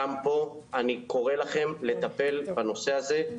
גם פה אני קורא לכם לטפל בנושא הזה.